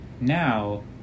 now